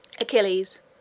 Achilles